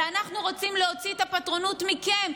אלא אנחנו רוצים להוציא את הפטרונות מכם,